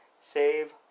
Save